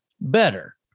better